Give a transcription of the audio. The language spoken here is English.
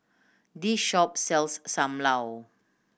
this shop sells Sam Lau